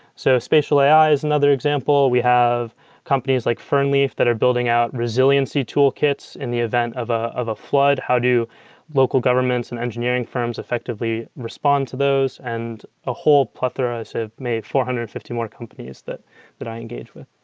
so spatial ai is another example. we have companies like fernleaf that are building out resiliency toolkits in the event of ah of a flood. how do local governments and engineering firms effectively respond to those? and a whole plethora of maybe four hundred and fifty more companies that that i engage with